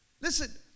Listen